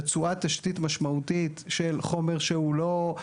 רצועת תשתית משמעותית של חומר שהוא לא,